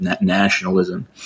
nationalism